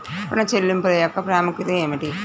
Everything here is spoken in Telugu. ఋణ చెల్లింపుల యొక్క ప్రాముఖ్యత ఏమిటీ?